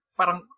parang